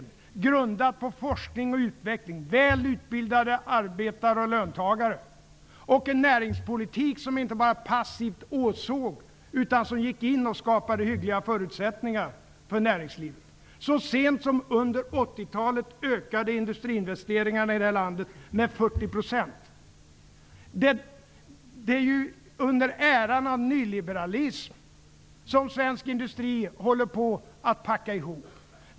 Det förhållandet har grundats på forskning och utveckling, på väl utbildade arbetare och löntagare och på en näringspolitik där man inte bara passivt åsåg utan gick in och skapade hyggliga förutsättningar för näringslivet. Så sent som under 80-talet ökade industriinvesteringarna i det här landet med 40 %. Det är under äran av nyliberalism som svensk industri håller på att ''packa ihop''.